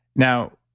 now,